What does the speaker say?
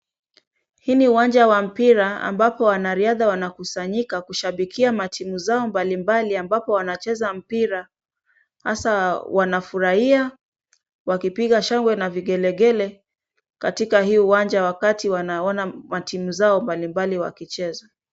Hii ni uwanja wa mpira ambapo wanariadha wanakusanyika kushabikia matimu zao mbalimbali ambapo wanacheza mpira, hasa wanafurahia, wakipiga shangwe na vigelegele, katika hii uwanja wakati wanaona matimu zao mbalimbali wakicheza.